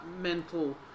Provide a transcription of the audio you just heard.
mental